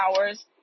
hours